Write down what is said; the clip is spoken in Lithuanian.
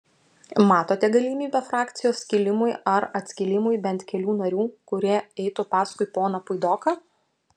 matote galimybę frakcijos skilimui ar atskilimui bent kelių narių kurie eitų paskui poną puidoką